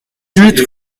huit